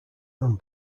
run